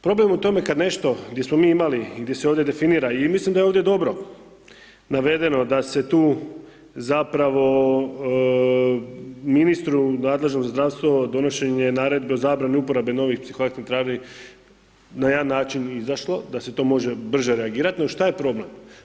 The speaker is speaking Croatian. Problem je u tome kad nešto, gdje smo mi imali i gdje se ovdje definira i mislim da je ovdje dobro navedeno da se tu zapravo ministru nadležnom za zdravstvo donošenje naredbe o zabrani uporabe novih psihoaktivnih tvari na jedan način i zašto, da se to može brže reagirati, no što je problem?